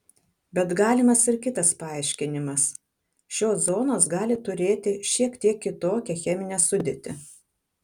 bet galimas ir kitas paaiškinimas šios zonos gali turėti šiek tiek kitokią cheminę sudėtį